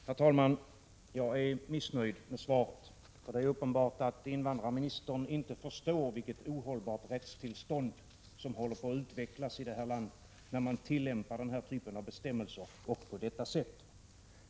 Herr talman! Jag är missnöjd med svaret. Det är uppenbart att invandrarministern inte förstår vilket ohållbart rättstillstånd som håller på att utvecklas i det här landet när man tillämpar en bestämmelse på det sätt som sker.